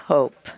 Hope